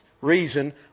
reason